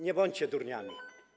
Nie bądźcie durniami.